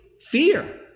fear